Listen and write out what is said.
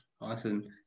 Awesome